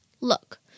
Look